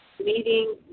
meeting